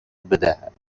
بدهد